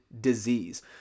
disease